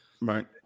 right